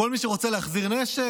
כל מי שרוצה להחזיר נשק,